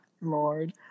Lord